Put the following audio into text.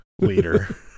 Leader